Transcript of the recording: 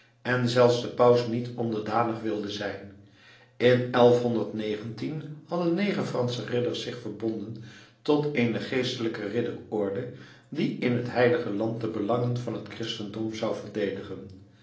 en zelfs den paus niet onderdanig wilde zijn in hadden negen fransche ridders zich verbonden tot eene geestelijke ridderorde die in het heilige land de belangen van het christendom zou verdedigen